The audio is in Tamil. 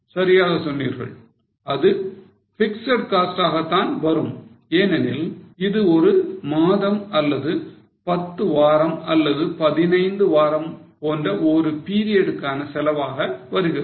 சரியாக சொன்னீர்கள் அது பிக்ஸட் காஸ்ட் ஆக தான் வரும் ஏனெனில் இது ஒரு மாதம் அல்லது 10 வாரம் அல்லது 15 வாரம் போன்ற ஒரு பீரியடுக்கான செலவாக வருகிறது